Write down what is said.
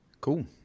Cool